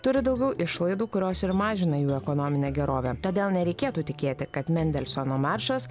turi daugiau išlaidų kurios ir mažina jų ekonominę gerovę todėl nereikėtų tikėti kad mendelsono maršas